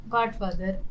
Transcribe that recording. Godfather